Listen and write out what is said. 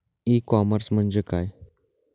E commerce म्हणजे काय?